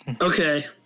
okay